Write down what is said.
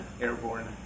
airborne